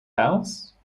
house